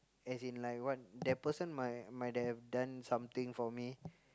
as in like what that person might might have done something for me